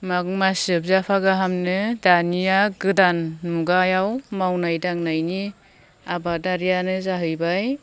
माग मास जोबजाफा गाहामनो दानिया गोदान मुगायाव मावनाय दांनायनि आबादारियानो जाहैबाय